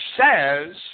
says